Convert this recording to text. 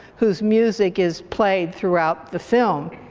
whose music is played throughout the film.